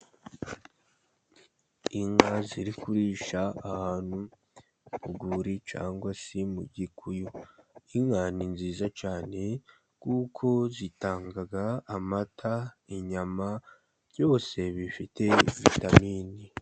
Inka ziri kurisha ahantu mu rwuri cyangwa se mu gikuyu, inka ni nziza cyane kuko zitanga amata, inyama byose bifite vitamini.